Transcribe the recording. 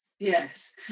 Yes